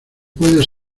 puedes